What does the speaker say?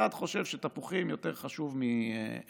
אחד חושב שתפוחים יותר חשובים ממלונים,